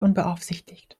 unbeaufsichtigt